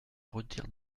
retire